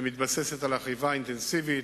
שמתבססת על אכיפה אינטנסיבית